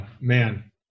man